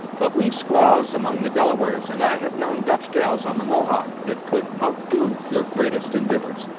but we've squaws among the delawares, and i have known dutch gals on the mohawk, that could outdo your greatest indivours.